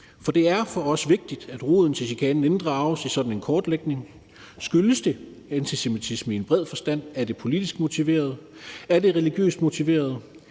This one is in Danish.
For det er for os vigtigt, at roden til chikanen inddrages i sådan en kortlægning. Skyldes det antisemitisme i en bred forstand, er det politisk motiveret, er det religiøst motiveret,